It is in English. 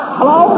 Hello